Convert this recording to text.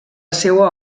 seua